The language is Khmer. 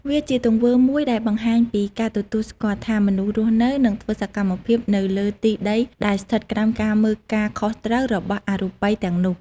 វាជាទង្វើមួយដែលបង្ហាញពីការទទួលស្គាល់ថា មនុស្សរស់នៅ និងធ្វើសកម្មភាពនៅលើទីដីដែលស្ថិតក្រោមការមើលការខុសត្រូវរបស់អរូបិយទាំងនោះ។